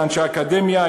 אנשי האקדמיה,